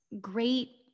great